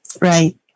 Right